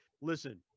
Listen